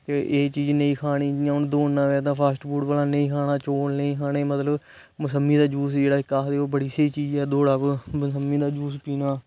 ते एह् चीज नेईं खानी इयां हून दौड़ना होऐ ते फास्ट फूड भला नेईं खाना चौल नेईं खाने मतलब मसम्मी दा यूज जेहड़ा इक आक्खदे ओह् बड़ी स्हेई चीज ऐ दौड़ा बिना याज पिऐ